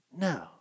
No